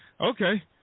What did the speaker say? Okay